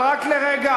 אבל רק לרגע,